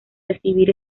recibir